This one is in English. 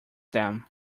them